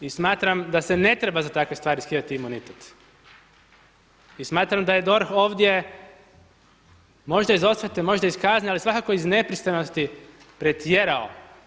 I smatram da se ne treba za takve stvari skidati imunitet, i smatram da je DORH ovdje možda iz osvete, možda iz kazne ali svakako iz nepristranosti pretjerao.